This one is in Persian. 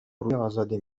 ازاده